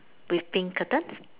with pink curtains